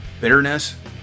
bitterness